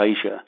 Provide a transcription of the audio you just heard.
Asia